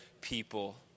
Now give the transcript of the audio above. people